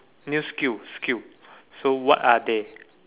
new skill skill so what are they